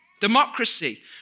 democracy